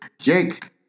Jake